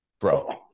bro